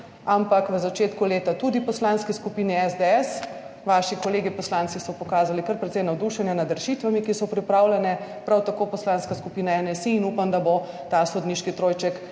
ampak v začetku leta tudi v Poslanski skupini SDS. Vaši kolegi poslanci so pokazali kar precej navdušenja nad rešitvami, ki so pripravljene, prav tako Poslanska skupina NSi in upam, da bo ta sodniški trojček